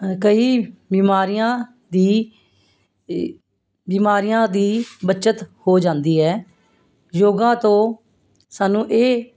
ਕਈ ਬਿਮਾਰੀਆਂ ਦੀ ਬਿਮਾਰੀਆਂ ਦੀ ਬੱਚਤ ਹੋ ਜਾਂਦੀ ਹੈ ਯੋਗਾ ਤੋਂ ਸਾਨੂੰ ਇਹ